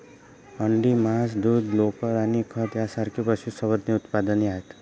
अंडी, मांस, दूध, लोकर आणि खत यांसारखी पशुसंवर्धन उत्पादने आहेत